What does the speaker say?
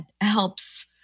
helps